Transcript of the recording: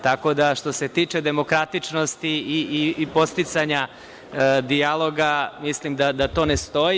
Tako da, što se tiče demokratičnosti i podsticanja dijaloga, mislim da to ne stoji.